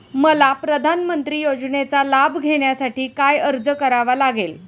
मला प्रधानमंत्री योजनेचा लाभ घेण्यासाठी काय अर्ज करावा लागेल?